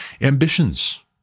ambitions